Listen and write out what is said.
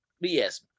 yes